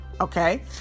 Okay